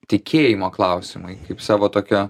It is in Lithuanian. tikėjimo klausimai kaip savo tokio